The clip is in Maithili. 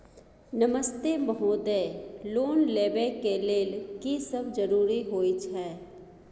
नमस्ते महोदय, लोन लेबै के लेल की सब जरुरी होय छै?